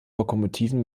lokomotiven